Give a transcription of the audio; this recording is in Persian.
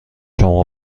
شما